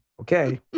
Okay